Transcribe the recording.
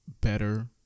better